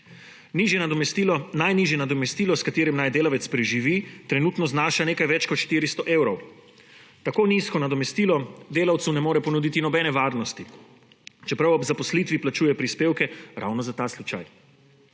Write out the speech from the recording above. Najnižje nadomestilo, s katerim naj delavec preživi, trenutno znaša nekaj več kot 400 evrov. Tako nizko nadomestilo delavcu ne more ponuditi nobene varnosti, čeprav ob zaposlitvi plačuje prispevke ravno za ta slučaj.